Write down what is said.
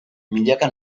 milaka